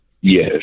Yes